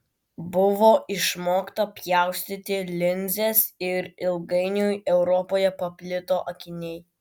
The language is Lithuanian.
buvo išmokta pjaustyti linzes ir ilgainiui europoje paplito akiniai